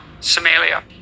Somalia